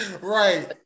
Right